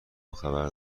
خبر